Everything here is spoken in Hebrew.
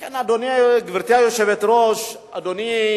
לכן, גברתי היושבת-ראש, אדוני,